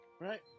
Right